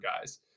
guys